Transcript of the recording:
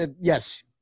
yes